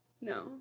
No